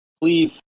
please